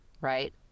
right